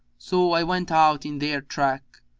so i went out in their track,